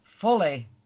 fully